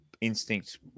instinct